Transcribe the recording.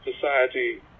society